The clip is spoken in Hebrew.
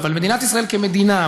אבל מדינת ישראל כמדינה,